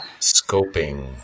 scoping